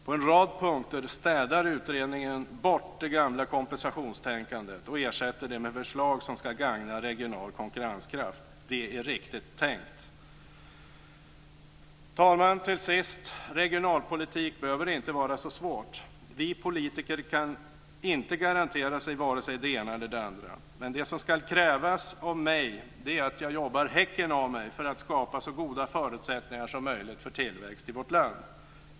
På en rad punkter städar utredningen bort det gamla kompensationstänkandet och ersätter det med förslag som ska gagna regional konkurrenskraft. Det är riktigt tänkt. Herr talman! Till sist: Regionalpolitik behöver inte vara så svårt. Vi politiker kan inte garantera vare sig det ena eller det andra. Men det som ska krävas av mig är att jag jobbar häcken av mig för att skapa så goda förutsättningar som möjligt för tillväxt i vårt land.